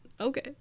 okay